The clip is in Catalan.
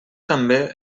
també